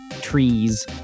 trees